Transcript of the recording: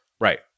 Right